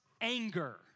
anger